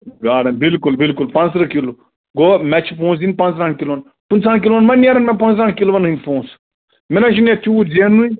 گاڑَن بِلکُل بِلکُن پانٛژترٕٛہ کِلوٗ گوٚو مےٚ چھِ پۅنٛسہٕ دِنۍ پانٛژترٕٛہَن کِلوَن پٕنٛژٕہَن کِلون ما نیرَن مےٚ پانٛژترٕٛہَن کِلوَن ہٕنٛدۍ پۅنٛسہٕ مےٚ نےَ چھُنہٕ یتھ تیٛوٗت زیننُے